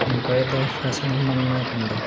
empire दा फैसला मनन्ना गै पौंदा